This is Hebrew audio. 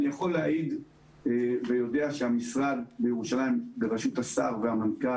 אני יכול להעיד ויודע שהמשרד בירושלים בראשות השר והמנכ"ל